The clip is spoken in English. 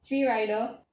free rider